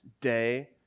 day